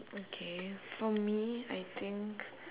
okay for me I think